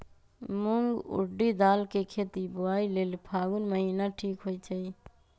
मूंग ऊरडी दाल कें खेती बोआई लेल फागुन महीना ठीक होई छै